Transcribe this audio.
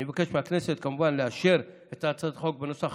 אני מבקש מהכנסת כמובן לאשר את הצעת החוק בנוסח